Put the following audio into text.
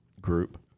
group